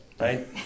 right